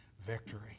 victory